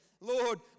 Lord